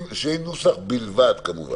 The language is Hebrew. נוסח בלבד כמובן.